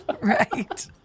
Right